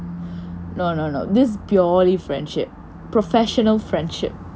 no no no this purely friendship professional friendship